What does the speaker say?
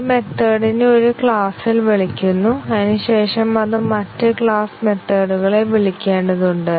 ഒരു മെത്തേഡ്നെ ഒരു ക്ലാസിൽ വിളിക്കുന്നു അതിനുശേഷം അത് മറ്റ് ക്ലാസ് മെത്തേഡ്കളെ വിളിക്കേണ്ടതുണ്ട്